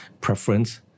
preference